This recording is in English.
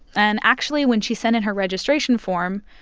and actually, when she sent in her registration form,